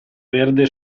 verde